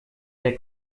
der